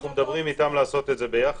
אנחנו מדברים איתם לעשות את זה ביחד.